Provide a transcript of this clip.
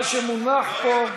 מה שמונח פה,